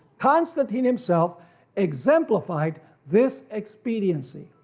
constantine himself exemplified this expediency.